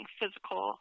physical